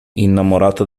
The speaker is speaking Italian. innamorata